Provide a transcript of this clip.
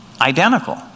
identical